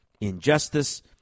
injustice